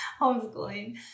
Homeschooling